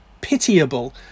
pitiable